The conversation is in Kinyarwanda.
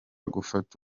gufata